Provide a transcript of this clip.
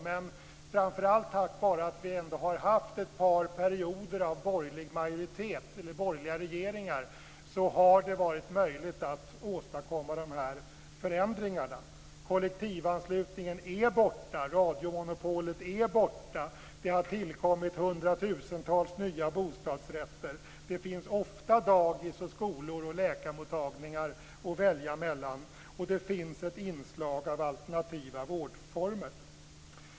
Men framför allt tack vare att vi har haft ett par perioder av borgerliga regeringar har det varit möjligt att åstadkomma förändringar. Kollektivanslutningen är borta. Radiomonopolet är borta. Det har tillkommit hundratusentals nya bostadsrätter. Det finns ofta dagis, skolor och läkarmottagningar att välja mellan. Och det finns ett inslag av alternativa vårdformer.